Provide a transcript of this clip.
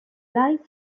life